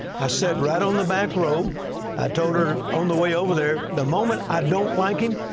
i sat right on the back row. i told her on the way over there, the moment i don't like him,